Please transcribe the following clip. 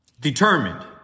determined